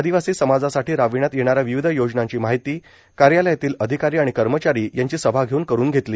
आदिवासी समाजासाठी राबविण्यात येणाऱ्या विविध योजनांची माहिती कार्यालयातील अधिकारी आणि कर्मचारी यांची सभा घेऊन करून घेतली